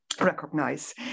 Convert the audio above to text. recognize